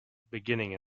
beginning